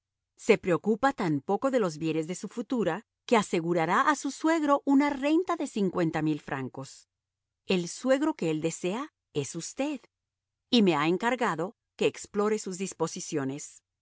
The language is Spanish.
se preocupa tan poco de los bienes de su futura que asegurará a su suegro una renta de cincuenta mil francos el suegro que él desea es usted y me ha encargado que explore sus disposiciones